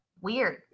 Weird